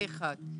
זה דבר אחד.